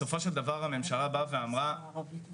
בסופו של דבר הממשלה באה ואמרה אני